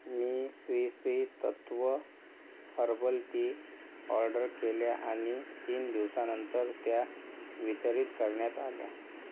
मी Sri Sri Tattva herbal tea order केल्या आणि तीन दिवसांनंतर त्या वितरित करण्यात आल्या